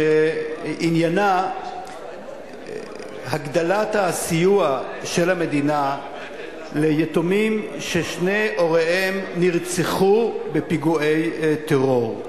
שעניינה הגדלת הסיוע של המדינה ליתומים ששני הוריהם נרצחו בפיגועי טרור,